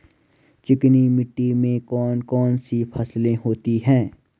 चिकनी मिट्टी में कौन कौन सी फसलें होती हैं?